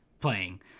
playing